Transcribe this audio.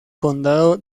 condado